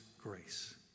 grace